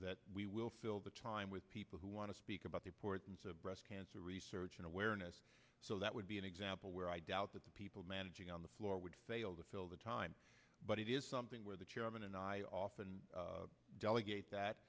that we will fill the time with people who want to speak about the importance of breast cancer research and awareness so that would be an example where i doubt that the people managing on the floor would fail to fill the time but it is something where the chairman and i often delegate that